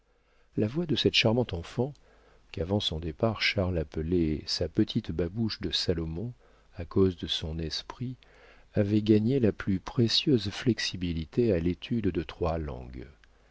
la voix de cette charmante enfant qu'avant son départ charles appelait sa petite babouche de salomon à cause de son esprit avait gagné la plus précieuse flexibilité à l'étude de trois langues